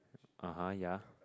(uh huh) ya